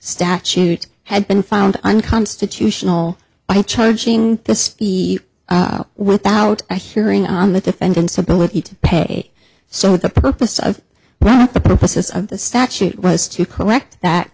statute had been found unconstitutional by charging this without a hearing on the defendant's ability to pay so the purpose of the purposes of the statute was to collect that